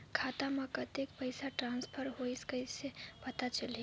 खाता म कतेक पइसा ट्रांसफर होईस कइसे पता चलही?